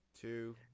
two